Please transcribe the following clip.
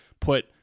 put